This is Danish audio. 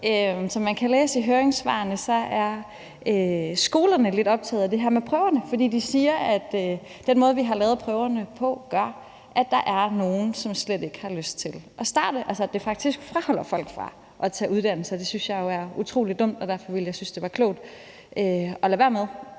Som man kan læse i høringssvarene, er skolerne lidt optaget af det her med prøverne. For de siger, at den måde, vi har lavet prøverne på, gør, at der er nogen, som slet ikke har lyst til at starte, altså, at det faktisk afholder folk fra at tage en uddannelse, og det synes jeg jo er utrolig dumt. Derfor ville jeg synes, det var klogt at lade være med